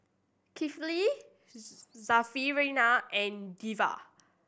Kifli Syarafina and Dewi